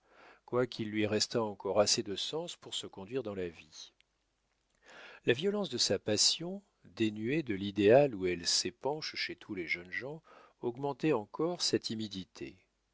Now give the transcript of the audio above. quoiqu'il lui restât encore assez de sens pour se conduire dans la vie la violence de sa passion dénuée de l'idéal où elle s'épanche chez tous les jeunes gens augmentait encore sa timidité